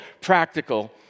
practical